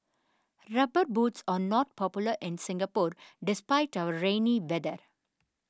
rubber boots are not popular in Singapore despite our rainy weather